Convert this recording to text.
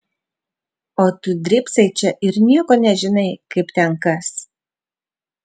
o tu drybsai čia ir nieko nežinai kaip ten kas